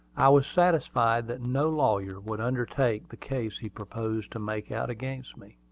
i was satisfied that no lawyer would undertake the case he proposed to make out against me.